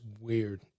weird